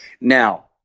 now